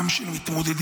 עם של מתמודדים,